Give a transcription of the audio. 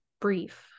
brief